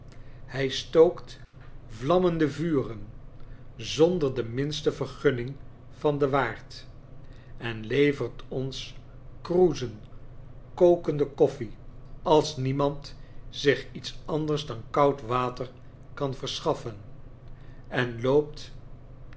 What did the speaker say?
hij stookt vlammende vuren zonder de minste vergunning van den waard en levert ons kroezen kokende koffie als niemand zich iets andersdan koud water kan verschaffen en loopt